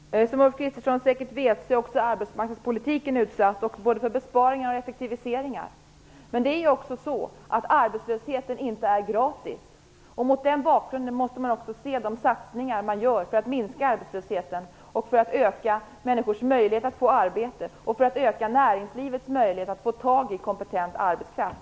Herr talman! Som Ulf Kristersson säkert vet är arbetsmarknadspolitiken också utsatt både för besparingar och effektiviseringar. Arbetslösheten är dock inte gratis. Mot den bakgrunden måste man också se de satsningar som görs för att minska arbetslösheten och för att öka människors möjlighet att få arbete och näringslivets möjlighet att få tag i kompetent arbetskraft.